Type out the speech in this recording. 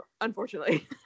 Unfortunately